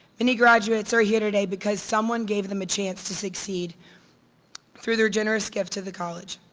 many graduates are here today because someone gave them a chance to succeed through their generous gift to the college.